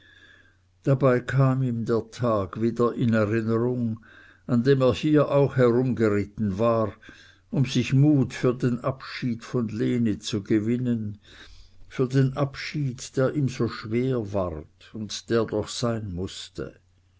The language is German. dabei kam ihm der tag wieder in erinnerung an dem er hier auch herumgeritten war um sich mut für den abschied von lene zu gewinnen für den abschied der ihm so schwer ward und der doch sein mußte